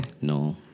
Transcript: No